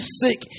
sick